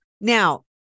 now